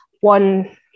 one